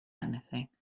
anything